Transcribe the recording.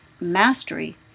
mastery